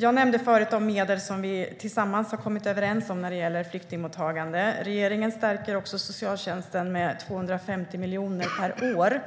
Jag nämnde förut de medel som vi tillsammans har kommit överens om när det gäller flyktingmottagande. Regeringen stärker också den sociala barn och ungdomsvården med 250 miljoner per år